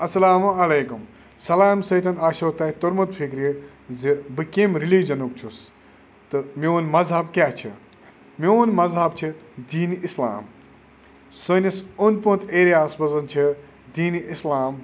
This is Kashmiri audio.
اَسَلامُ علیکُم سلامہِ سۭتۍ آسیو تۄہہِ توٚرمُت فِکرِ زِ بہٕ کَمہِ رِلیٖجَنُک چھُس تہٕ میون مذہب کیٛاہ چھِ میون مذہب چھِ دیٖنہِ اِسلام سٲنِس اوٚنٛد پوٚت ایریاہَس منٛز چھِ دیٖنہِ اِسلام